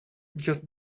just